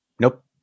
Nope